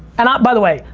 and i, by the way.